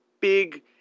big